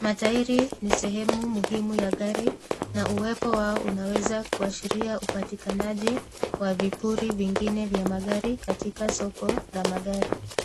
Matairi ni sehemu muhimu ya gari na uwepo wao unaweza kuashiria upatikanaji wa vipuri vingine katika soko ya magari.